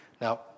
Now